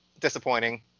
disappointing